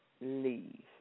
leave